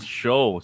show